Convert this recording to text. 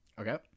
Okay